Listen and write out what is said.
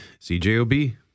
CJOB